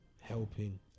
helping